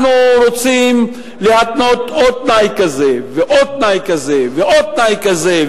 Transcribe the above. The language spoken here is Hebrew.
אנחנו רוצים להתנות עוד תנאי כזה ועוד תנאי כזה ועוד תנאי כזה,